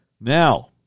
Now